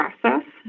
process